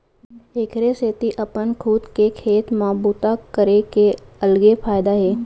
एखरे सेती अपन खुद के खेत म बूता करे के अलगे फायदा हे